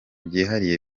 byihariye